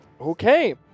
Okay